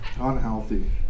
Unhealthy